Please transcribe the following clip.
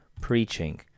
preaching